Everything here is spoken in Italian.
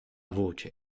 voce